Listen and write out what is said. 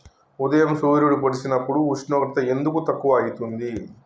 ఉదయం సూర్యుడు పొడిసినప్పుడు ఉష్ణోగ్రత ఎందుకు తక్కువ ఐతుంది?